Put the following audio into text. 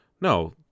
No